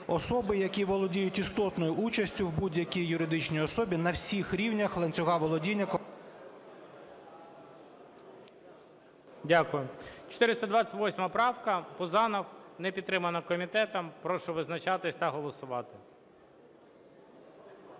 Дякую. 428 правка, Пузанов, не підтримана комітетом. Прошу визначатись та голосувати.